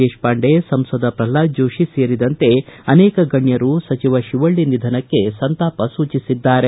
ದೇಶಪಾಂಡೆ ಸಂಸದ ಪ್ರಲ್ನಾದ ಜೋತಿ ಸೇರಿದಂತೆ ಅನೇಕ ಗಣ್ಯರು ಸಚಿವ ಶಿವಳ್ಳ ನಿಧನಕ್ಕೆ ಸಂತಾಪ ಸೂಚಿಸಿದ್ದಾರೆ